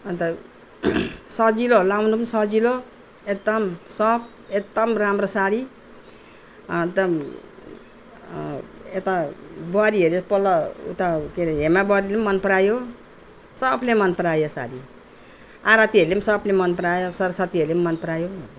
अन्त सजिलो लगाउन पनि सजिलो एकदम सफ्ट एकदम राम्रो साडी एकदम यता बुहारीहरू तल उता के अरे हेमा बुहारीलाई मन परायो सबले मन परायो यो साडी आरतीहरूले सबले मन परायो स्वरस्वतीहरूले मन परायो